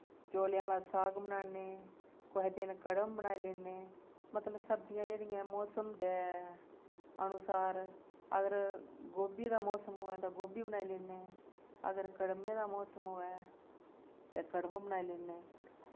चौलें आह्ला साग बनाने कुसै दिन कड़म बनाई लैन्ने मतलब सब्जियां जेह्ड़ियां मौसम दे अनुसार अगर गोभी दा मौसम होऐ तां गोभी बनाई लैन्ने अगर कड़मे दा मौसम होऐ ते कड़म बनाई लैन्ने